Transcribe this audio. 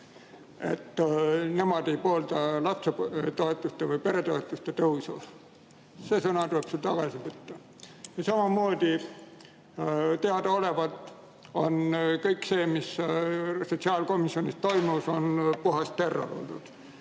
et nemad ei poolda lastetoetuste või peretoetuste tõusu. See [väide] tuleb sul tagasi võtta. Samamoodi on teadaolevalt kõik see, mis sotsiaalkomisjonis toimus, puhas terror olnud.